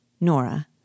Nora